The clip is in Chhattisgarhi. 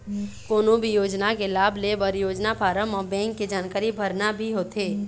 कोनो भी योजना के लाभ लेबर योजना फारम म बेंक के जानकारी भरना भी होथे